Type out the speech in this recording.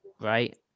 right